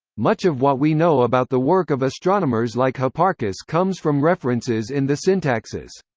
much of what we know about the work of astronomers like hipparchus comes from references in the syntaxis.